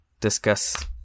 discuss